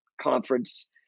conference